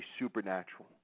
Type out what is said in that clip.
supernatural